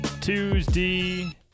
Tuesday